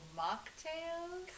mocktails